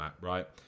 right